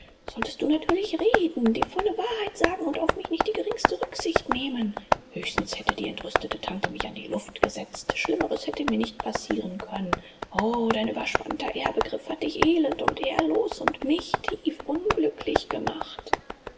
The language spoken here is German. solltest du natürlich reden die volle wahrheit sagen und auf mich nicht die geringste rücksicht nehmen höchstens hätte die entrüstete tante mich an die luft gesetzt schlimmeres hätte mir nicht passieren können o dein überspannter ehrbegriff hat dich elend und ehrlos und mich tiefunglücklich gemacht